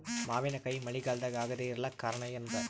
ಮಾವಿನಕಾಯಿ ಮಳಿಗಾಲದಾಗ ಆಗದೆ ಇರಲಾಕ ಕಾರಣ ಏನದ?